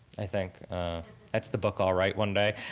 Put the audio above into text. i think that's the book i'll write one day.